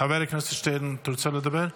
חבר הכנסת שטרן, אתה רוצה לדבר?